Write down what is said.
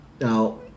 Now